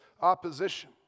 opposition